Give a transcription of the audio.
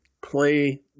play